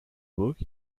book